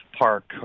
Park